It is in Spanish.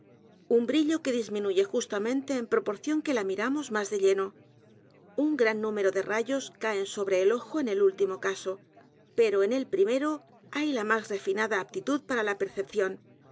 un brillo que disminuye justamente en proporción que la miramos más de lleno un g r a n número de rayos caen sobre el ojo en el último caso pero en el primero hay la más refinada aptitud para la percepción